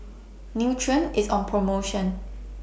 Nutren IS on promotion